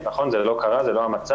נכון, זה לא קרה, זה לא המצב.